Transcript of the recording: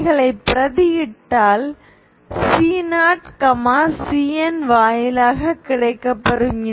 இவைகளை பிரதியிட்டால் C0Cn வாயிலாக கிடைக்கப் பெறும்